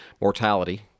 mortality